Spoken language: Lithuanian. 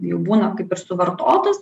jau būna kaip ir suvartotas